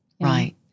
Right